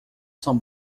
são